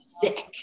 sick